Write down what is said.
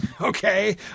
okay